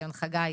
ציון חגי.